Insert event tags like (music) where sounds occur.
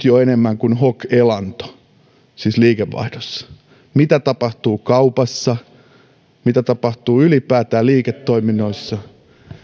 (unintelligible) jo nyt enemmän kuin hok elanto siis liikevaihdossa mitä tapahtuu kaupassa mitä tapahtuu ylipäätään liiketoiminnoissa